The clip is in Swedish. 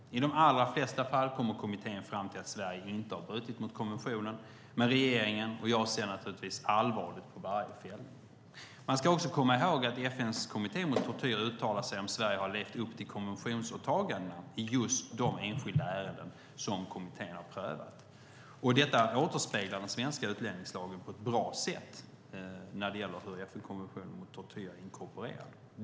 I de allra flesta fall kommer kommittén fram till att Sverige inte har brutit mot konventionen, men regeringen och jag ser naturligtvis allvarligt på varje fällning. Man ska också komma ihåg att FN:s kommitté mot tortyr uttalar sig om huruvida Sverige har levt upp till konventionsåtagandena i just de enskilda ärenden kommittén har prövat. Det återspeglar den svenska utlänningslagen på ett bra sätt när det gäller hur FN-konventionen mot tortyr är inkorporerad.